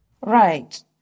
Right